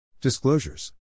Disclosures